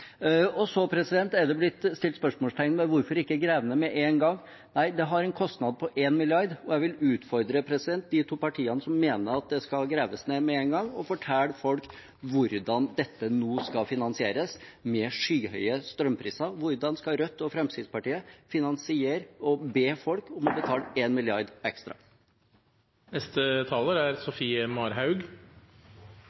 Så er det blitt stilt spørsmål ved hvorfor en ikke kan grave ned med en gang. Nei, det har en kostnad på én milliard, og jeg vil utfordre de to partiene som mener at det skal graves ned med en gang, til å fortelle folk hvordan dette nå skal finansieres, med de skyhøye strømprisene. Hvordan skal Rødt og Fremskrittspartiet finansiere og be folk om å betale én milliard ekstra? Det er